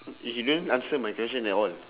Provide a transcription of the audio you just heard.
you didn't answer my question at all